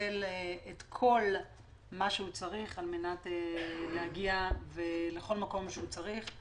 מקבל כל מה שהוא צריך על מנת להגיע לכל מקום שהוא צריך.